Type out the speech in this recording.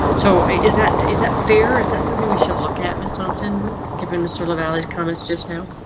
so is that. is that fair? is that something we should look at? miss thompson? giving mr. lavalley's comments just now?